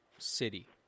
city